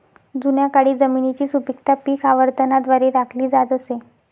जुन्या काळी जमिनीची सुपीकता पीक आवर्तनाद्वारे राखली जात असे